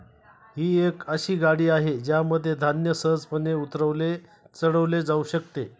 ही एक अशी गाडी आहे ज्यामध्ये धान्य सहजपणे उतरवले चढवले जाऊ शकते